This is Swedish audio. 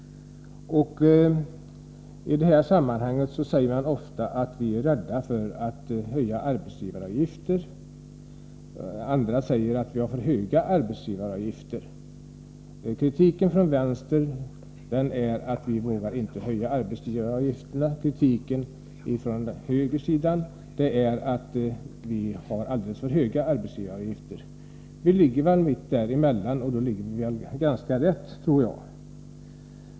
I detta sammanhang säger man från vänsterhåll att vi är rädda för att höja arbetsgivaravgifter. Kritiken från högersidan går ut på att arbetsgivaravgifterna är alldeles för höga. Vi ligger väl mitt emellan, och då ligger vi nog ganska rätt, tror jag.